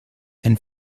and